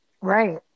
Right